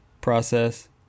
process